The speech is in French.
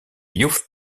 youth